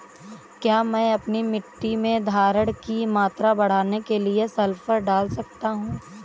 क्या मैं अपनी मिट्टी में धारण की मात्रा बढ़ाने के लिए सल्फर डाल सकता हूँ?